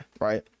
right